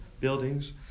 buildings